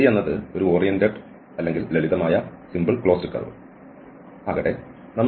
C എന്നത് ഒരു oriented അല്ലെങ്കിൽ ലളിതമായ ക്ലോസ്ഡ് കർവ് ആകട്ടെ